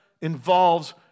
involves